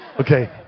Okay